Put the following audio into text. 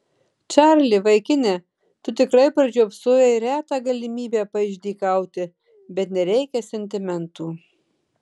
čarli vaikine tu tikrai pražiopsojai retą galimybę paišdykauti bet nereikia sentimentų